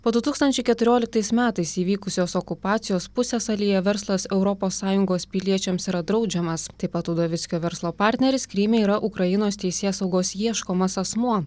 po du tūkstančiai keturioliktais metais įvykusios okupacijos pusiasalyje verslas europos sąjungos piliečiams yra draudžiamas taip pat udovickio verslo partneris kryme yra ukrainos teisėsaugos ieškomas asmuo